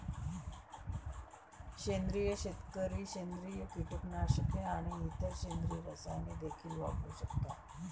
सेंद्रिय शेतकरी सेंद्रिय कीटकनाशके आणि इतर सेंद्रिय रसायने देखील वापरू शकतात